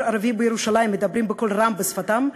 ערבי בירושלים מדברים בקול רם בשפתם,